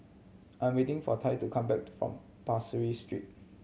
I am waiting for Tal to come back from Pasir Ris Street